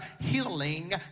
healing